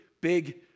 big